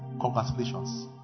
congratulations